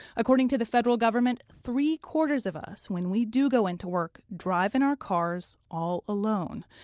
according to the federal government, three-quarters of us, when we do go into work, drive in our cars all alone.